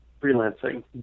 freelancing